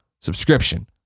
subscription